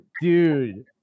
dude